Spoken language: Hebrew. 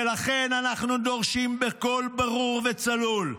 ולכן אנו דורשים בקול ברור וצלול: